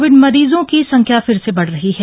Covid मरीजों की संख्या फिर से बढ़ रही है